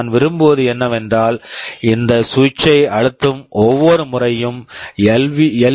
நான் விரும்புவது என்னவென்றால் இந்த சுவிட் switch ஐ அழுத்தும் ஒவ்வொரு முறையும் எல்